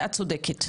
את צודקת?